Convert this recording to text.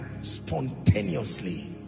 spontaneously